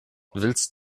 willst